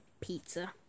pizza